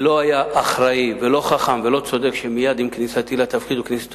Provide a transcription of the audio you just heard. לא היה אחראי ולא חכם ולא צודק שמייד עם כניסתי לתפקיד,